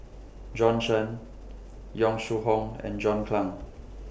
Bjorn Shen Yong Shu Hoong and John Clang